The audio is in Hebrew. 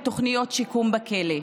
מתוכניות שיקום בכלא.